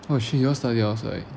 oh shit you all study outside